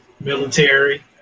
military